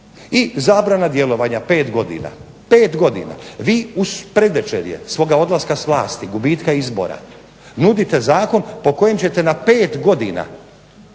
I zabrana djelovanja pet godina. Pet godina. Vi u predvečerje svoga odlaska s vlasti, gubitka izbora nudite zakon po kojem ćete na pet godina